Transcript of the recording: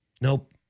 nope